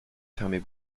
fermer